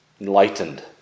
Enlightened